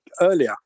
earlier